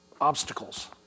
obstacles